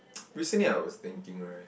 recently I was thinking right